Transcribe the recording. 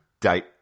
date